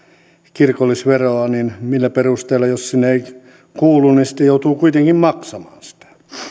kirkollisveroa niin millä perusteella jos sinne ei kuulu sitten joutuu kuitenkin maksamaan sitä